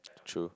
true